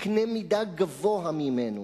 לקנה מידה גבוה ממנו,